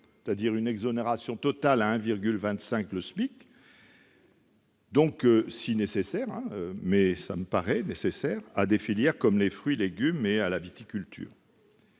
c'est-à-dire une exonération totale à 1,25 SMIC si nécessaire- et ça me paraît l'être -pour des filières comme les fruits et légumes et la viticulture.